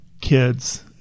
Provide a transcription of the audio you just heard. kids